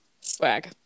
swag